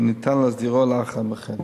וניתן להסדירו לאחר מכן.